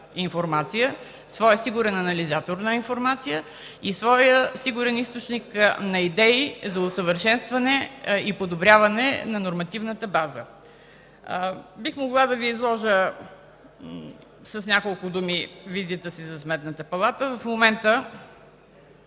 своя сигурен анализатор на информация и своя сигурен източник на идеи за усъвършенстване и подобряване на нормативната база. Бих могла да Ви изложа с няколко думи визията си за Сметната